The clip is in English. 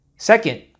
Second